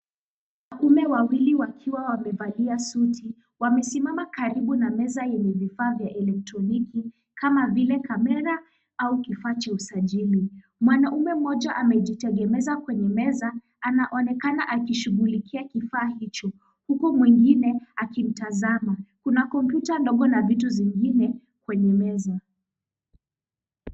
Wanaume wawili wakiwa wamevalia suti, wamesimama karibu na meza yenye elektroniki kama vile kamera au kifaa cha usajili. Mwanaume mmoja amejiegemeza kwenye meza anaonekana akishughulikia kifaa hicho huku mwengine akimtazama. Kuna kompyuta ndogo na vitu zingine kwenye meza.